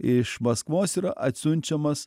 iš maskvos yra atsiunčiamas